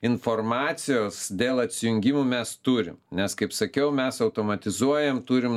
informacijos dėl atsijungimų mes turim nes kaip sakiau mes automatizuojam turim